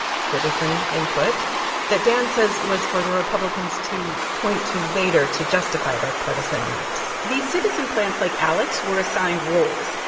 citizen input that dan says was for the republicans to point to later to justify their partisan maps these citizen plants like alex were assigned roles.